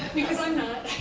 because i'm not!